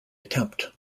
attempt